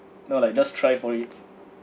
no like just try for it